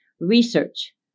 Research